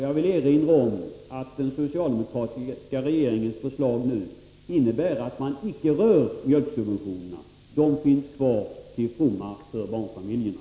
Jag vill erinra om att den socialdemokratiska regeringens förslag nu innebär att man icke rör mjölksubventionerna. De finns kvar till fromma för barnfamiljerna.